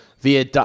via